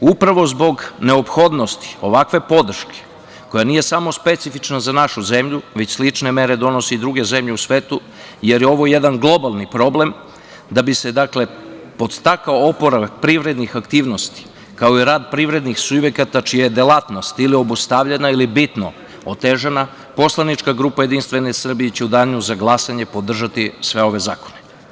Upravo zbog neophodnosti ovakve podrške koja nije samo specifična za našu zemlju, već slične mere donose i druge zemlje u svetu, jer je ovo globalni problem da bi se, dakle, podstakao oporavak privrednih aktivnosti, kao i rad privrednih subjekata čija je delatnost ili obustavljena ili bitno otežana poslanička grupa JS će u danu za glasanje podržati sve ove zakone.